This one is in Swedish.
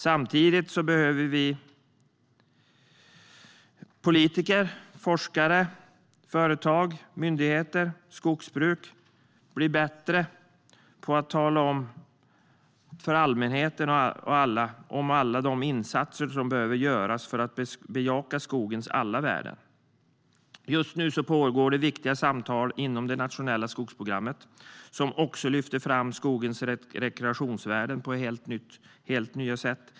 Samtidigt behöver politiker, forskare, företag, myndigheter och skogsbruk bli bättre på att berätta för allmänheten om alla insatser som behöver göras för att bejaka skogens alla värden. De viktiga samtal som pågår inom det nationella skogsprogrammet lyfter också fram skogens rekreationsvärden på helt nya sätt.